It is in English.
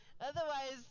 Otherwise